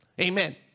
amen